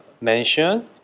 mention